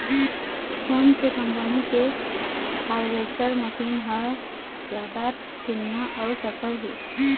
कोन से कम्पनी के हारवेस्टर मशीन हर जादा ठीन्ना अऊ सफल हे?